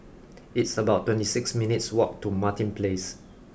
it's about twenty six minutes' walk to Martin Place